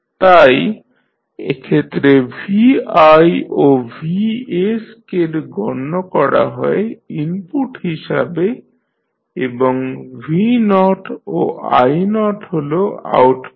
তাই এক্ষেত্রে vi ও vs কে গণ্য করা হয় ইনপুট হিসাবে এবং v0 ও i0 হল আউটপুট